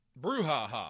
Bruhaha